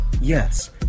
Yes